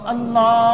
Allah